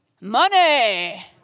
Money